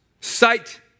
sight